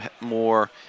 more